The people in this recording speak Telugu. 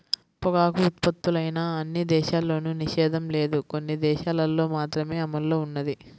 పొగాకు ఉత్పత్తులపైన అన్ని దేశాల్లోనూ నిషేధం లేదు, కొన్ని దేశాలల్లో మాత్రమే అమల్లో ఉన్నది